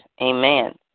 Amen